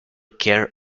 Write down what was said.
care